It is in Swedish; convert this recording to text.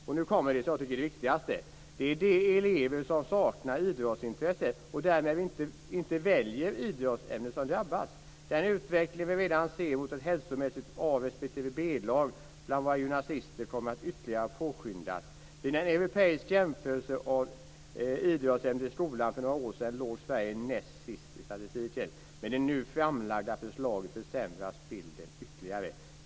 Och nu kommer det som jag tycker är det viktigaste: Det är de elever som saknar idrottsintresse och därmed inte väljer idrottsämnet som drabbas. Den utveckling vi redan ser mot ett hälsomässigt A respektive B-lag bland våra gymnasister kommer att ytterligare påskyndas. Vid en europeisk jämförelse av idrottsämnet i skolan för några år sedan låg Sverige näst sist i statistiken. Med det nu framlagda förslaget försämras bilden ytterligare.